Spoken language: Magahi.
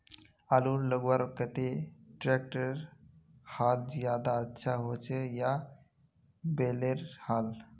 आलूर लगवार केते ट्रैक्टरेर हाल ज्यादा अच्छा होचे या बैलेर हाल?